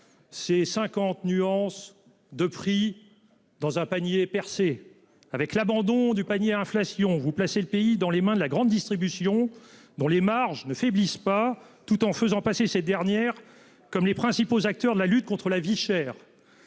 C'est 50 nuances de prix. Dans un panier percé, avec l'abandon du panier inflation vous placer le pays dans les mains de la grande distribution dont les marges ne faiblissent pas. Tout en faisant passer ces dernières comme les principaux acteurs de la lutte contre la vie chère.